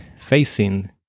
facing